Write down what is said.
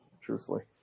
truthfully